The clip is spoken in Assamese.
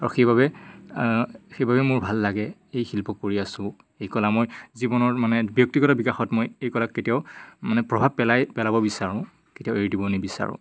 আৰু সেইবাবে সেইবাবে মোৰ ভাল লাগে এই শিল্প কৰি আছোঁ এই কলা মই জীৱনৰ মানে ব্যক্তিগত বিকাশত মই এই কলাক কেতিয়াও মানে প্ৰভাৱ পেলাই পেলাব বিচাৰোঁ কেতিয়াও এৰি দিব নিবিচাৰোঁ